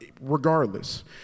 regardless